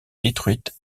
détruites